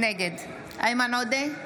נגד איימן עודה,